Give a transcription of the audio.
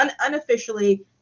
Unofficially